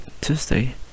Tuesday